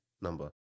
number